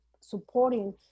supporting